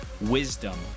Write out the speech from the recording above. wisdom